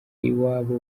iwabo